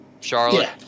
charlotte